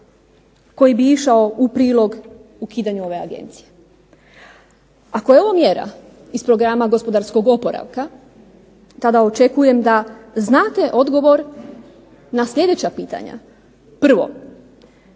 koji bi išao u prilog ukidanju ove agencije. Ako je ovo mjera iz programa gospodarskog oporavka, tada očekujem da znate odgovor na sljedeća pitanja. Prvo